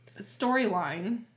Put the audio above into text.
storyline